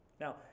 Now